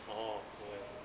orh no way